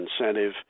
incentive